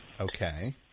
Okay